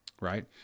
right